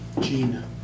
Gina